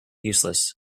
useless